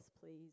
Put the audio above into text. please